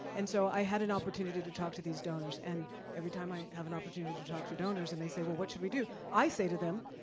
and so i had an opportunity to talk to these donors and every time i have an opportunity to talk to donors, and they say, what what should we do? i say to them,